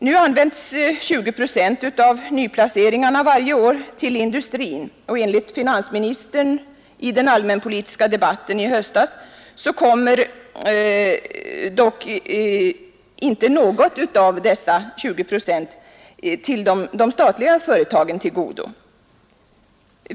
Nu används 20 procent av nyplaceringarna varje år till industrin. Enligt vad finansministern sade i den allmänpolitiska debatten i höstas kommer dock inte något av detta de statliga företagen till godo.